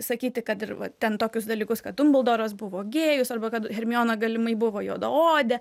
sakyti kad ir va ten tokius dalykus kad dumbldoras buvo gėjus arba kad hermiona galimai buvo juodaodė